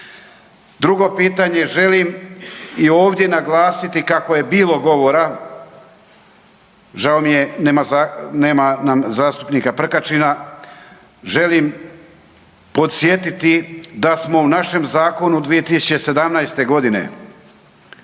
Drugo pitanje, želim i ovdje naglasiti kako je bilo govora, žao mi je, nema nam zastupnika Prkačina, želim podsjetit da smo u našem zakonu 2017. g.